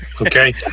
okay